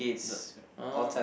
the oh